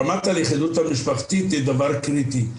רמת הלכידות המשפחתית היא דבר קריטי,